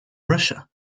russia